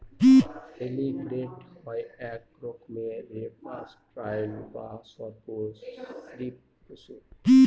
এলিগেটের হয় এক রকমের রেপ্টাইল বা সর্প শ্রীপ পশু